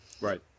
right